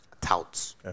touts